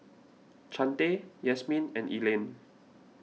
Chante Yasmeen and Elaine